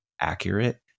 accurate